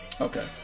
Okay